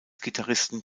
gitarristen